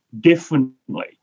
differently